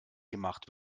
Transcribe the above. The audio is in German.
gemacht